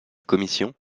commission